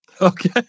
Okay